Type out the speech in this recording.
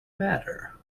matter